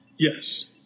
Yes